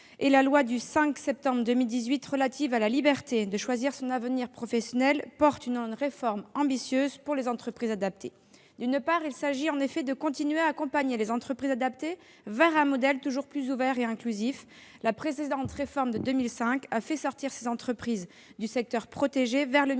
et la loi du 5 septembre 2018 pour la liberté de choisir son avenir professionnel portent une réforme ambitieuse pour les entreprises adaptées ! D'une part, il s'agit en effet de continuer à accompagner les entreprises adaptées vers un modèle toujours plus ouvert et inclusif : la précédente réforme de 2005 a fait sortir ces entreprises du secteur protégé vers le milieu